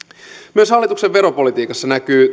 myös hallituksen veropolitiikassa näkyy